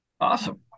Awesome